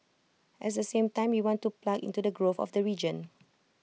at the same time we want to plug into the growth of the region